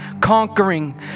conquering